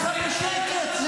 בשקט.